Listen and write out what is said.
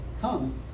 come